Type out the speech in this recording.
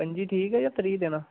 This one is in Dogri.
पंजी ठीक ऐ जां त्रीह् देना